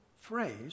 phrase